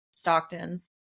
stocktons